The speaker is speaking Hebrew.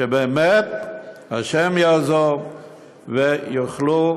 שבאמת השם יעזור, והם יוכלו,